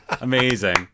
Amazing